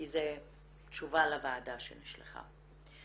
כי זו תשובה לוועדה שנשלחה.